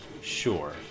Sure